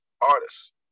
artist